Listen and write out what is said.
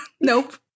Nope